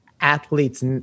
athletes